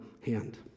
hand